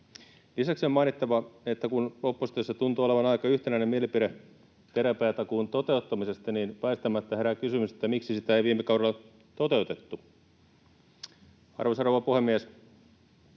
Lisäksi on mainittava, että kun oppositiossa tuntuu olevan aika yhtenäinen mielipide terapiatakuun toteuttamisesta, niin väistämättä herää kysymys, miksi sitä ei viime kaudella toteutettu. Arvoisa rouva puhemies!